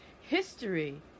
history